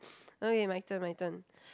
okay my turn my turn